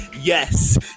yes